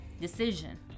decision